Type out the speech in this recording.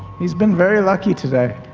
he's been very lucky today.